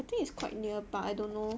I think it's quite near but I don't know